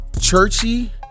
churchy